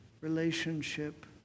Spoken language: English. relationship